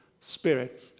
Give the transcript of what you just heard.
Spirit